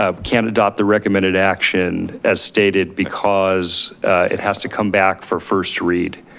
um can't adopt the recommended action as stated because it has to come back for first read.